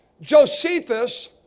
Josephus